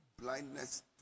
blindness